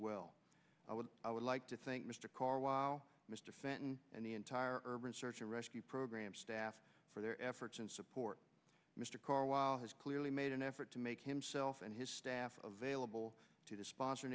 well i would i would like to thank mr carlisle mr fenton and the entire urban search and rescue program staff for their efforts and support mr carlisle has clearly made an effort to make himself and his staff available to the sponsor